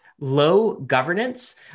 low-governance